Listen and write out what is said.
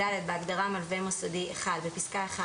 בהגדרה "מלווה מוסדי" - בפסקה (1),